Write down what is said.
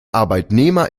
arbeitnehmer